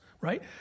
right